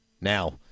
Now